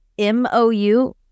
MOU